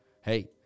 Hey